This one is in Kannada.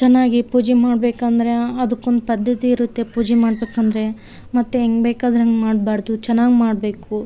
ಚೆನ್ನಾಗಿ ಪೂಜೆ ಮಾಡ್ಬೇಕಂದ್ರೆ ಅದಕ್ಕೊಂದು ಪದ್ಧತಿ ಇರುತ್ತೆ ಪೂಜೆ ಮಾಡಬೇಕಂದ್ರೆ ಮತ್ತು ಹೆಂಗೆ ಬೇಕಾದ್ರಂಗೆ ಮಾಡಬಾರ್ದು ಚೆನ್ನಾಗ್ ಮಾಡಬೇಕು